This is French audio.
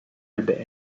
albert